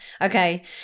Okay